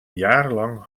jarenlang